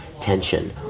tension